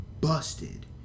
Busted